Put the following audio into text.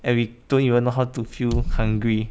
and we don't even know how to feel hungry